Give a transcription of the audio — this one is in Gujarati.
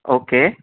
ઓકે